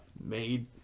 made